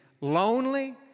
lonely